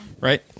Right